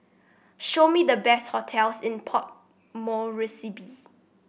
show me the best hotels in Port Moresby